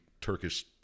Turkish